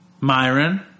Myron